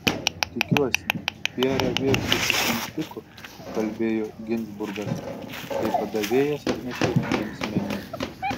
tikiuosi pierre viešbutis jums tiko kalbėjo ginzburgas kai padavėjas atnešė jiems meniu